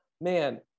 man